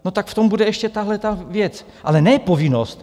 No tak v tom bude ještě tahleta věc, ale ne povinnost.